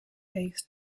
case